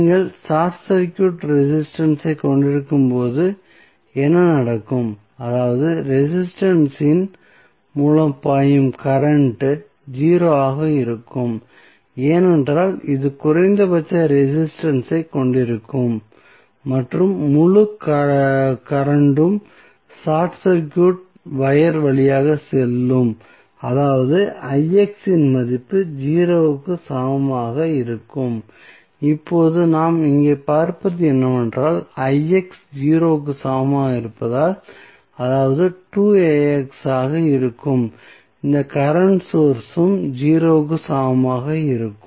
நீங்கள் short circuit resistance ஐ கொண்டிருக்கும் போது என்ன நடக்கும் அதாவது ரெசிஸ்டன்ஸ் இன் மூலம் பாயும் கரண்ட் 0 ஆக இருக்கும் ஏனென்றால் இது குறைந்தபட்ச ரெசிஸ்டன்ஸ் ஐக் கொண்டிருக்கும் மற்றும் முழு கரண்ட்டும் ஷார்ட் சர்க்யூட் வயர் வழியாக செல்லும் அதாவது இன் மதிப்பு 0 க்கு சமமாக இருக்கும் இப்போது நாம் இங்கே பார்ப்பது என்னவென்றால் 0 க்கு சமமாக இருப்பதால் அதாவது ஆக இருக்கும் இந்த கரண்ட் சோர்ஸ் உம் 0 க்கு சமமாக இருக்கும்